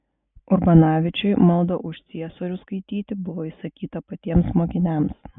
urbanavičiui maldą už ciesorių skaityti buvo įsakyta patiems mokiniams